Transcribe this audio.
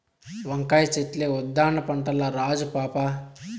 వంకాయ చెట్లే ఉద్దాన పంటల్ల రాజు పాపా